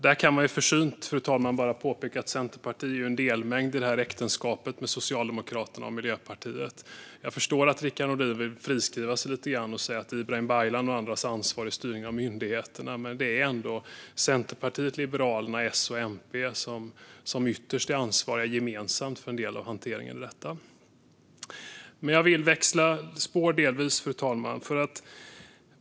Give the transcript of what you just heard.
Då kan man bara försynt påpeka, fru talman, att Centerpartiet är en delmängd i äktenskapet med Socialdemokraterna och Miljöpartiet. Jag förstår att Rickard Nordin vill friskriva sig lite grann och säga att styrning av myndigheterna är Ibrahim Baylans och andras ansvar. Men det är ändå så att Centerpartiet, Liberalerna, S och MP ytterst är ansvariga gemensamt för en del av hanteringen av detta. Men jag vill delvis växla spår, fru talman.